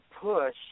push